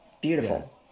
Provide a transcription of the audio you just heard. Beautiful